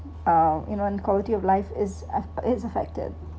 uh you know quality of life is is affected